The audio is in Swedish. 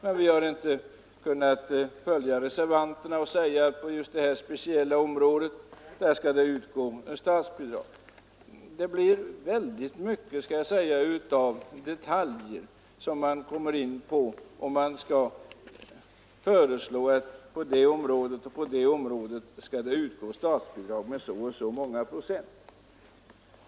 Vi har emellertid inte kunnat följa reservanterna och föreslå att det skall utgå statsbidrag på just det här speciella området. Man kommer in på väldigt mycket detaljer om man skall föreslå att det skall utgå statsbidrag på det och det området med så och så många procent.